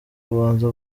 kubanza